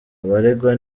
abaregwa